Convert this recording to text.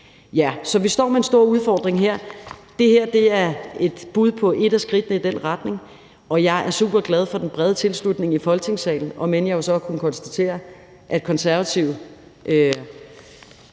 Så vi står her med en stor udfordring. Det her er et bud på ét af skridtene i den retning, og jeg er superglad for den brede tilslutning i Folketingssalen, om end jeg jo så har kunnet konstatere, at Konservative